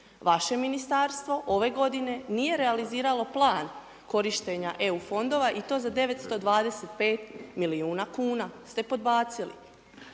Vaše ministarstvo ove godine nije realiziralo plan korištenja EU fondova i to za 925 milijuna kuna ste podbacili.